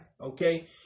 Okay